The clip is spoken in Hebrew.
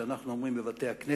שאנחנו אומרים בבתי-הכנסת